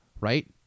right